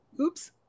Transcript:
oops